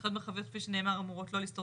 הנחיות מרחביות כפי שנאמר אמורות לא לסתור